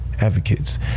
advocates